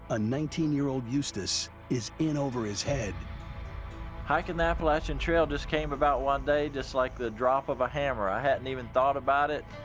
a nineteen year old eustace is in over his head. eustace hiking the appalachian trail just came about one day just like the drop of a hammer. i hadn't even thought about it,